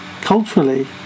culturally